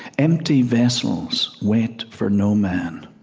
empty vessels wait for no man